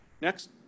Next